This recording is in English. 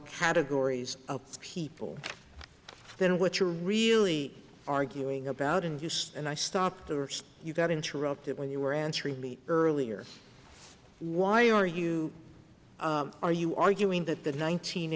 categories of people then what you're really arguing about and use and i stopped you got interrupted when you were answering me earlier why are you are you arguing that the nine